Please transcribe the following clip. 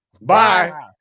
Bye